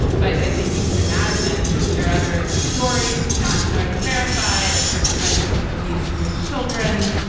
but i think we can imagine there are other stories not entirely verified of certain kinds of abuse of his children,